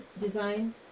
design